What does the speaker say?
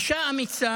היא אישה אמיצה,